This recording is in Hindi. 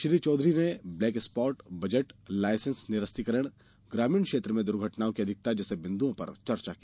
श्री चौधरी ने ब्लैक स्पॉट बजट लाइसेंस निरस्तीकरण ग्रामीण क्षेत्र में दुर्घटनाओं की अधिकता जैसे बिन्दुओं पर चर्चा की